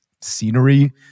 scenery